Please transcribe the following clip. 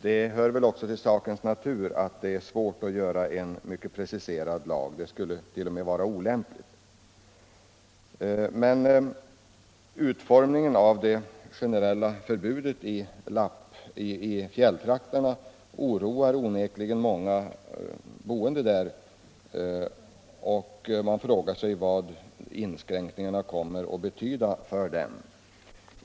Det ligger väl i sakens natur att det är mycket svårt att utarbeta en preciserad lag. Det skulle t.o.m. vara olämpligt. Men utformningen av det generella förbudet i fjälltrakterna oroar onekligen många boende där. Man frågar sig vad inskränkningarna kommer att betyda för dem.